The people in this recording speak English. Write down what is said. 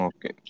Okay